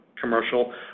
commercial